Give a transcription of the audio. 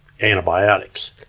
antibiotics